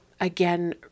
Again